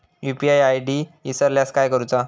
UPI ID इसरल्यास काय करुचा?